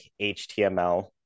HTML